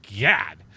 God